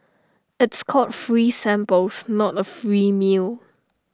it's called free samples not A free meal